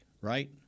right